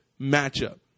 matchup